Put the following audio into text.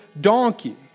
donkey